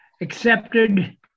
Accepted